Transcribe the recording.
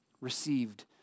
received